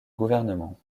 gouvernement